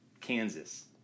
Kansas